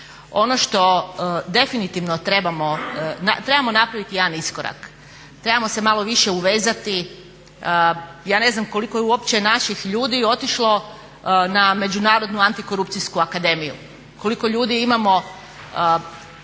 trebamo napraviti, trebamo napraviti jedan iskorak, trebamo se malo više uvezati. Ja ne znam koliko je uopće naših ljudi otišlo na Međunarodnu antikorupcijsku akademiju. Koliko ljudi imamo